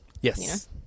yes